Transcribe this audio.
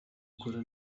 gukora